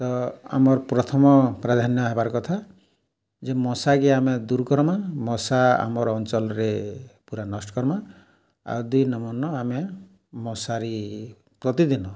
ତ ଆମର୍ ପ୍ରଥମ ପ୍ରାଧାନ୍ୟ ହେବାର୍ କଥା ଯେ ମଶାକେ ଆମେ ଦୂର୍ କର୍ମା ମଶା ଆମର୍ ଅଞ୍ଚଲ୍ରେ ପୁରା ନଷ୍ଟ୍ କର୍ମା ଆଉ ଦୁଇ ନମ୍ବର୍ନ ଆମେ ମଶାରୀ ପ୍ରତିଦିନ